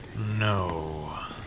No